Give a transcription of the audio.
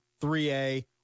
3A